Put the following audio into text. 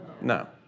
No